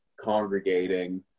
congregating